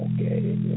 Okay